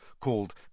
called